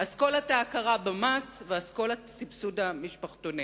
אסכולת ההכרה במס ואסכולת סבסוד המשפחתונים.